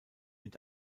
mit